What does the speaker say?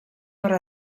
per